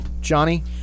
Johnny